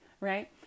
right